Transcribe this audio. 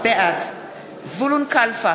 בעד זבולון קלפה,